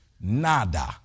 Nada